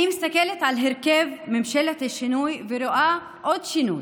אני מסתכלת על הרכב ממשלת השינוי ורואה עוד שינוי: